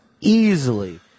easily